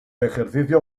ejercicio